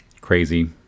crazy